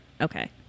Okay